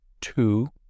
Two